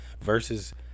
versus